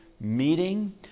meeting